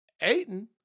Aiden